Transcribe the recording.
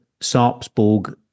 Sarpsborg